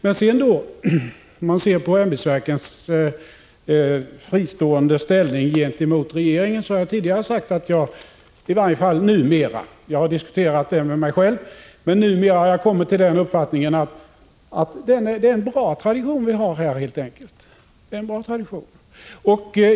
Beträffande ämbetsverkens fristående ställning gentemot regeringen har jag tidigare sagt att jag i varje fall numera — jag har diskuterat detta med mig själv — kommit fram till den uppfattningen att det helt enkelt är en bra tradition som vi har därvidlag.